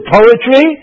poetry